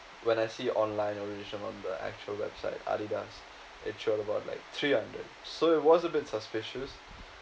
when I see online in relation on the actual website Adidas actual's about like three hundred so it was a bit suspicious